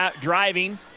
Driving